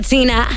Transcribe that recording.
Tina